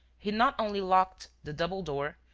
he not only locked the double door,